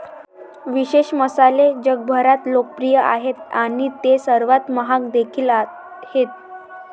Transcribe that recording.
विशेष मसाले जगभरात लोकप्रिय आहेत आणि ते सर्वात महाग देखील आहेत